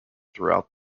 throughout